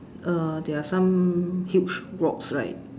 err there are some huge rocks right